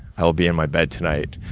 i will be in my bed tonight,